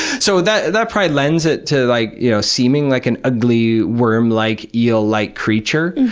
so that that probably lends it to like you know seeming like an ugly worm-like, eel-like creature,